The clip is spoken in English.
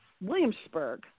Williamsburg